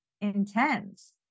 intense